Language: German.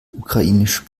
ukrainisch